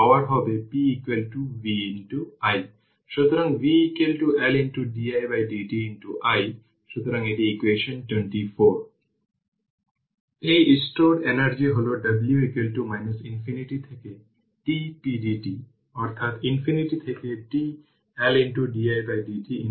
এর পরে হল ক্যাপাসিটর এবং t এ স্টোরড এনার্জি কতটা ইনফিনিটি এর দিকে ঝোঁক তা নির্ধারণ করা এবং যাতে স্টোরড এনার্জি সেই 250 কিলো রেজিস্টর এ ডেলিভার করা হয় b এবং c এ প্রাপ্ত রেজাল্ট এর মধ্যে পার্থক্য